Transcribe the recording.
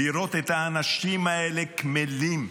לראות את האנשים האלה קמלים,